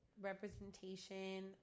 representation